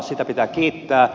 siitä pitää kiittää